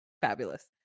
fabulous